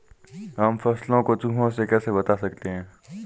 हम फसलों को चूहों से कैसे बचा सकते हैं?